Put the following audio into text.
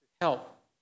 help